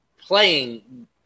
playing